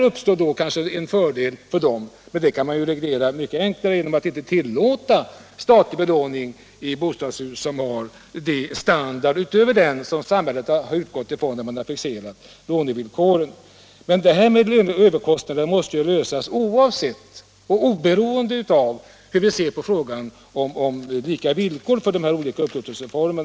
Beträffande de senare kan man reglera detta enkelt genom att inte tillåta statliga lån i bostadshus som har högre standard än vad samhället har utgått från när lånevillkoren fixerats. Men frågan om överkostnaden måste lösas oavsett och oberoende av hur vi ser på frågan om lika villkor för olika upplåtelseformer.